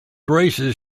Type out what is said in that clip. races